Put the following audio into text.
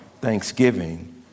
thanksgiving